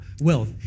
wealth